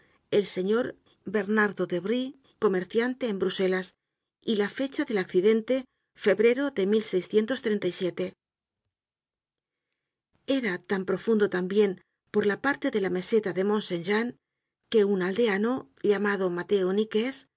el señor bernardo de brye comerciante en bruselas y la fecha del accidente febrero de era tan profundo tambien por la parte de la meseta de mont saint jean que un aldeano llamado mateo